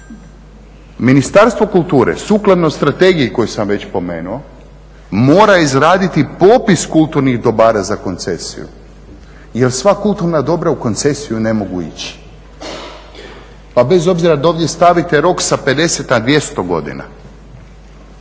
Ministarstvo kulture sukladno strategiji koju sam već spomenuo mora izraditi popis kulturnih dobara za koncesiju jer sva kulturna dobra u koncesiju ne mogu ići. Pa bez obzira da ovdje stavite rok sa 50 na 200 godina